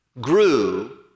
grew